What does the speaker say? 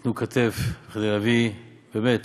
ייתנו כתף כדי להביא באמת